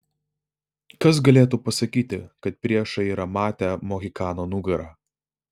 kas galėtų pasakyti kad priešai yra matę mohikano nugarą